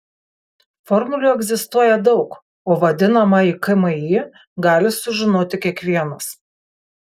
formulių egzistuoja daug o vadinamąjį kmi gali sužinoti kiekvienas